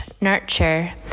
nurture